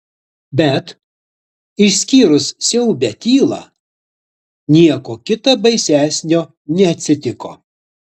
bet išskyrus siaubią tylą nieko kita baisesnio neatsitiko